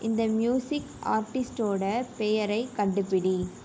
இந்த மியூசிக் ஆர்ட்டிஸ்டோட பெயரைக் கண்டுபிடி